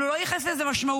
אבל לא ייחס לזה משמעות.